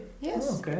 Yes